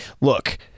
look